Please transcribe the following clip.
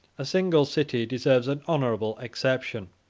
a single city deserves an honorable exception.